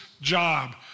job